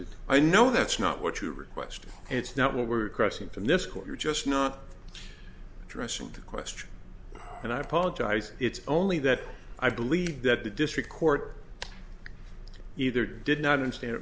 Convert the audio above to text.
d i know that's not what you request and it's not what we're crossing from this court you're just not addressing the question and i apologize it's only that i believe that the district court either did not understand